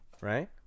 right